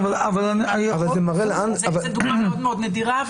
אבל זה מראה לאן --- זו דוגמה מאוד מאוד נדירה.